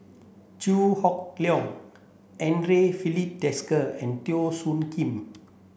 Chew Hock Leong Andre Filipe Desker and Teo Soon Kim